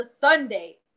Sunday